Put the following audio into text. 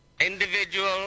individual